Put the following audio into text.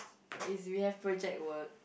if we have project work